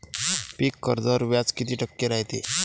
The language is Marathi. पीक कर्जावर व्याज किती टक्के रायते?